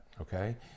Okay